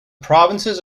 provinces